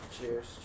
Cheers